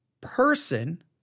person